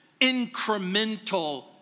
incremental